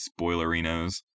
spoilerinos